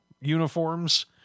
uniforms